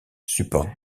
supporte